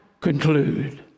conclude